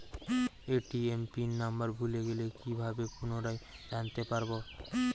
ATM PIN number ভুলে গেলে কি ভাবে পুনরায় জানতে পারবো?